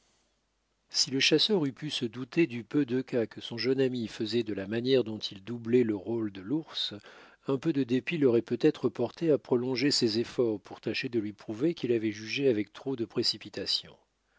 si le chasseur eût pu se douter du peu de cas que son jeune ami faisait de la manière dont il doublait le rôle de l'ours un peu de dépit l'aurait peut-être porté à prolonger ses efforts pour tâcher de lui prouver qu'il l'avait jugé avec trop de précipitation